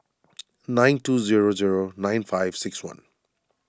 nine two zero zero nine five six one